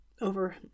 over